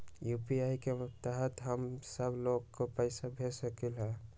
UPI के तहद हम सब लोग को पैसा भेज सकली ह?